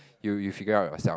you you figure out yourself